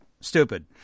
Stupid